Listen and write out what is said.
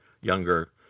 younger